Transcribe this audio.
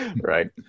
Right